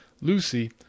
Lucy